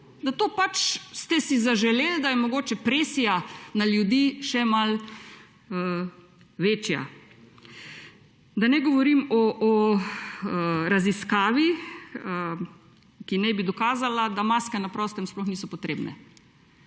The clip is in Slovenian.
si to pač zaželeli, da je mogoče presija na ljudi še malo večja. Da ne govorim o raziskavi, ki naj bi dokazala, da maske na prostem sploh niso potrebne.